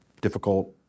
difficult